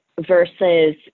versus